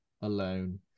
alone